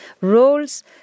roles